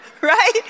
Right